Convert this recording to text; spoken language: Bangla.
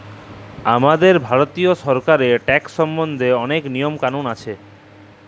আমাদের ভারতীয় সরকারেল্লে ট্যাকস সম্বল্ধে অলেক লিয়ম কালুল আছে